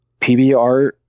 PBR